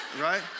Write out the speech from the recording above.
right